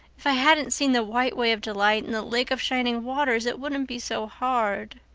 if i hadn't seen the white way of delight and the lake of shining waters it wouldn't be so hard.